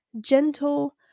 gentle